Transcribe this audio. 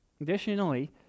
Additionally